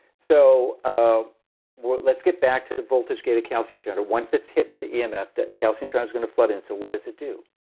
so ah let's get back to the voltage gated calcium channel. once it's hit with the emf, that calcium channel's going to flood in, so what does it do?